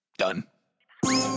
done